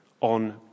on